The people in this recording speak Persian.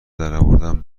درآوردن